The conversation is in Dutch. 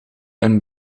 een